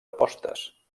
apostes